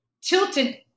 tilted